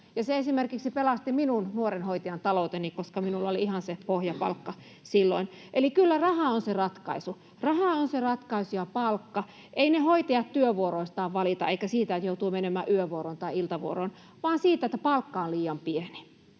se esimerkiksi pelasti minun — nuoren hoitajan — talouteni, koska minulla oli ihan pohjapalkka silloin. Eli kyllä raha on se ratkaisu. Raha on se ratkaisu ja palkka. Eivät hoitajat työvuoroistaan valita eivätkä siitä, että joutuu menemään yövuoroon tai iltavuoroon, vaan siitä, että palkka on liian pieni.